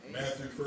Matthew